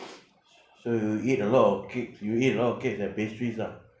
so you eat a lot of cakes you eat a lot of cakes and pastries lah